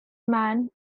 man